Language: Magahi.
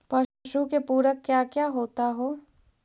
पशु के पुरक क्या क्या होता हो?